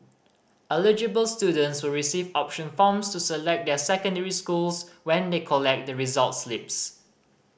eligible students will receive option forms to select their secondary schools when they collect the results slips